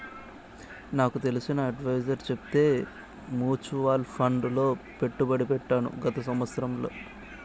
నాకు తెలిసిన అడ్వైసర్ చెప్తే మూచువాల్ ఫండ్ లో పెట్టుబడి పెట్టాను గత సంవత్సరంలో